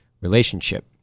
relationship